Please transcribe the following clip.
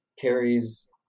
Carrie's